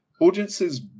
Audiences